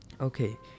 Okay